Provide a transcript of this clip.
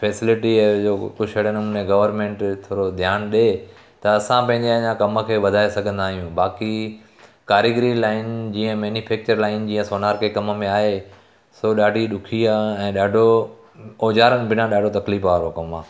facility जो कुझु अहिड़े नमूने गोर्वमेंट थोरो ध्यानु ॾे त असां पंहिंजे अञा कम खे वधाए सघंदा आहियूं बाक़ी कारीगरी लाइन जीअं मैन्युफैक्चर लाइन जीअं सोनार कंहिं कम में आहे सो ॾाढी ॾुखी आहे ऐं ॾाढो औजारनि बिना ॾाढो तकलीफ़ वारो कमु आहे